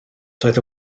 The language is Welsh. doedd